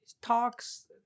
talks